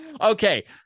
Okay